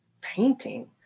painting